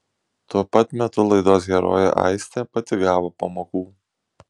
tuo pat metu laidos herojė aistė pati gavo pamokų